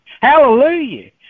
hallelujah